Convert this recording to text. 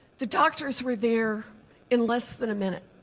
the doctors were there in less than a minute.